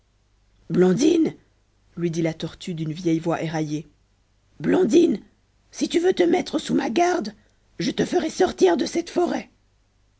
blondine lui dit la tortue d'une vieille voix éraillée blondine si tu veux te mettre sous ma garde je te ferai sortir de cette forêt